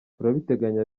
turabiteganya